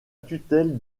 tutelle